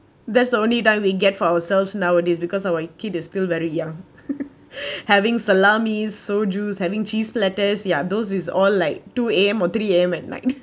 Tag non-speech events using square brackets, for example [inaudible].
that's the only time we get for ourselves nowadays because our kid is still very young [laughs] having salamis sojus having cheese platters ya those is all like two A_M or three A_M at night